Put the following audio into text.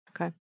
Okay